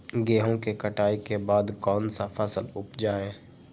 गेंहू के कटाई के बाद कौन सा फसल उप जाए?